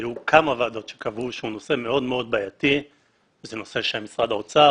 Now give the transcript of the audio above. היו כמה ועדות שקבעו שהוא נושא מאוד מאוד בעייתי וזה נושא שמשרד האוצר,